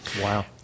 Wow